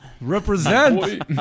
represent